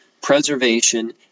preservation